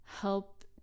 help